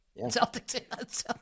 Celtics